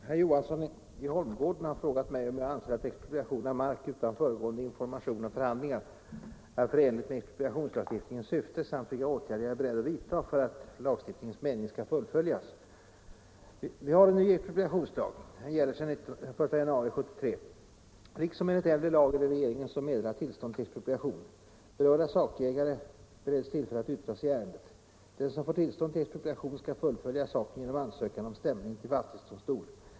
Herr talman! Herr Johansson i Holmgården har frågat mig om jag anser att expropriation av mark utan föregående information och förhandlingar är förenligt med expropriationslagstiftningens syfte samt vilka åtgärder jag är beredd att vidta för att lagstiftningens mening skall fullföljas. Vi har en ny expropriationslag, som gäller sedan den 1 januari 1973. Liksom enligt äldre lag är det regeringen som meddelar tillstånd till expropriation. Berörda sakägare bereds tillfälle att yttra sig i ärendet. Den som får tillstånd till expropriation skall fullfölja saken genom ansökan om stämning till fastighetsdomstol.